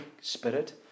Spirit